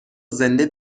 زنده